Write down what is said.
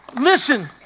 listen